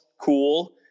Cool